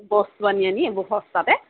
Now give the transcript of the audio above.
বস্তু আনি আনি এইবোৰ সস্তাতে